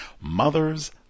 mothers